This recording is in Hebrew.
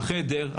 החדר,